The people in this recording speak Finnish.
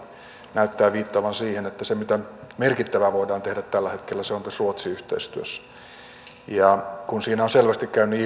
näyttää viittaavaan siihen että se mitä merkittävää voidaan tehdä tällä hetkellä on tässä ruotsi yhteistyössä siinä on selvästi käynyt